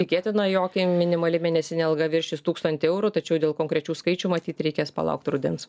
tikėtina jog minimali mėnesinė alga viršys tūkstantį eurų tačiau dėl konkrečių skaičių matyt reikės palaukti rudens